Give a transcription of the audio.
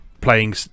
playing